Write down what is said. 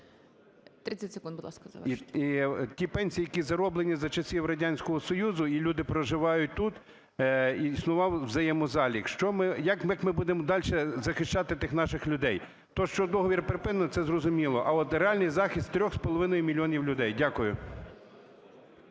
ті пенсії, які зароблені за часів Радянського Союзу, і люди проживають тут, існував взаємозалік. Що ми, як ми будемо дальше захищати тих наших людей? Те, що договір припинено, це зрозуміло. А от реальний захист трьох з половиною мільйонів людей? Дякую.